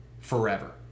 forever